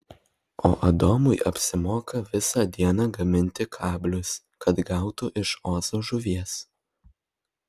o adomui apsimoka visą dieną gaminti kablius kad gautų iš ozo žuvies